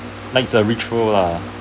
likes a ritual ah